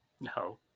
No